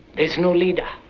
there's no leader,